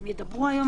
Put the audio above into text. הם ידברו היום,